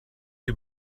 you